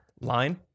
Line